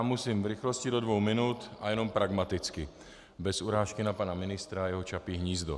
Musím v rychlosti do dvou minut a jenom pragmaticky, bez urážky na pana ministra a na jeho Čapí hnízdo.